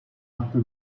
atto